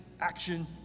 action